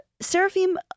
Seraphim